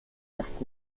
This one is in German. das